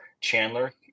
chandler